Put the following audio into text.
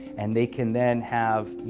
and they can then have, you